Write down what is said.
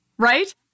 Right